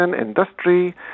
industry